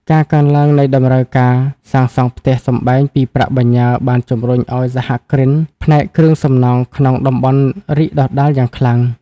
ការកើនឡើងនៃតម្រូវការសាងសង់ផ្ទះសម្បែងពីប្រាក់បញ្ញើ បានជម្រុញឱ្យសហគ្រិនផ្នែកគ្រឿងសំណង់ក្នុងតំបន់រីកដុះដាលយ៉ាងខ្លាំង។